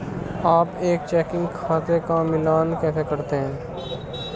आप एक चेकिंग खाते का मिलान कैसे करते हैं?